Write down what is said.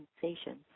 sensations